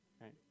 Right